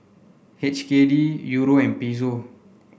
H K D Euro and Peso